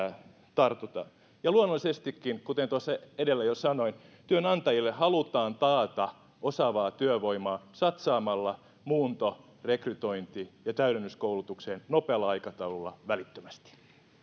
tartutaan ja luonnollisestikin kuten tuossa edellä jo sanoin työnantajille halutaan taata osaavaa työvoimaa satsaamalla muunto rekrytointi ja täydennyskoulutukseen nopealla aikataululla välittömästi